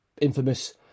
infamous